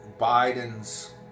Biden's